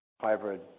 hybrid